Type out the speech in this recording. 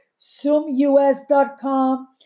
ZoomUS.com